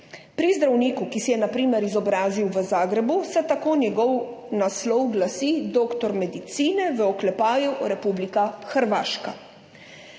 Pri zdravniku, ki se je na primer izobrazil v Zagrebu, se tako njegov naslov glasi doktor medicine, v oklepaju Republika Hrvaška.